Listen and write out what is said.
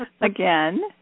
again